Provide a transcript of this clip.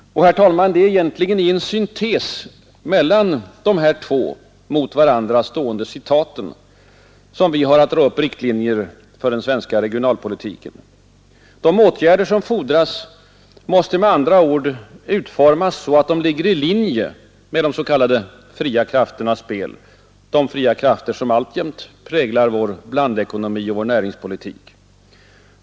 Och, herr talman, det är egentligen i en syntes av dessa två mot varandra stående citat som vi har att dra upp riktlinjerna för den svenska regionalpolitiken. De åtgärder som erfordras måste med andra ord utformas så att de ligger i linje med de s.k. fria krafternas spel, de fria krafter som alltjämt präglar vår blandekonomi och vår näringspolitik.